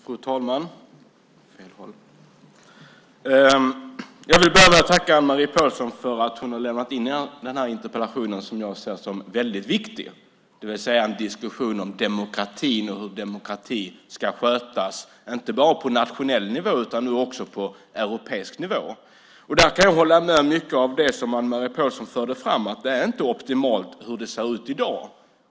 Fru talman! Jag vill börja med att tacka Ann-Marie Pålsson för att hon har ställt denna interpellation som jag ser som väldigt viktig, det vill säga om demokrati och hur demokrati ska skötas, inte bara på nationell nivå utan nu också på europeisk nivå. Jag kan hålla med om mycket av det som Ann-Marie Pålsson förde fram om att det inte är optimalt som det ser ut i dag.